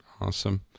Awesome